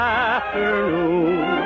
afternoon